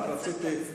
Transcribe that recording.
רק רציתי,